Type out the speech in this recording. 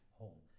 home